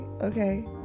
Okay